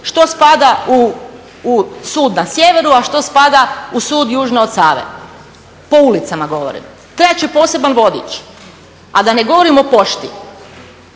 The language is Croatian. što spada u sud na sjeveru, a što spada u sud južno od Save, po ulicama govorim. Trebat će poseban vodič, a da ne govorim o pošti.